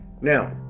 Now